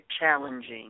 challenging